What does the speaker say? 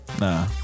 Nah